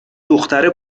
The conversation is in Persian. دختره